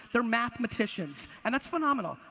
they're mathematicians, and that's phenomenal.